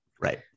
right